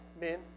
men